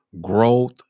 growth